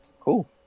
cool